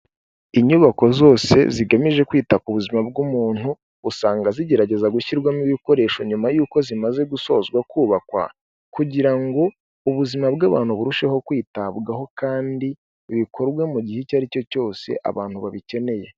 Inyubako zose zigamije kwita ku buzima bw'umuntu usanga zigerageza gushyirwamo ibikoresho nyuma y'uko zimaze gusozwa kubakwa kugira ngo ubuzima bw'abantu burusheho kwitabwaho kandi bikorwe mu gihe icyo ari cyo cyose abantu babikeneye.